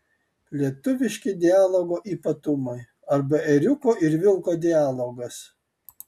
lietuviški dialogo ypatumai arba ėriuko ir vilko dialogas